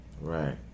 Right